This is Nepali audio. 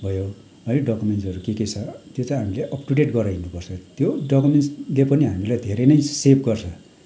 भयो है डकुमेन्ट्सहरू के के छ त्यो चाहिँ हामीले अपटुडेट गरेर हिँड्नु पर्छ त्यो डकुमेन्ट्सले पनि हामीलाई धेरै नै सेफ गर्छ